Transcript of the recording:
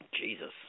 Jesus